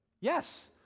Yes